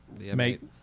Mate